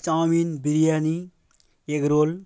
chowmein biryani egg role